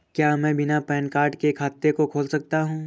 क्या मैं बिना पैन कार्ड के खाते को खोल सकता हूँ?